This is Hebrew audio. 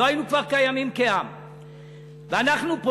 כבר לא היינו קיימים כעם,